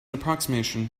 approximation